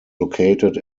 located